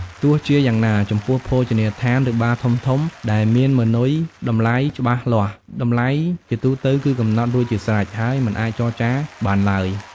ទោះជាយ៉ាងណា ចំពោះភោជនីយដ្ឋាន ឬបារធំៗ ដែលមានម៉ឺនុយតម្លៃច្បាស់លាស់ តម្លៃជាទូទៅគឺកំណត់រួចជាស្រេច ហើយមិនអាចចរចាបានឡើយ។